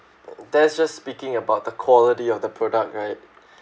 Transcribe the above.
that's just speaking about the quality of the product right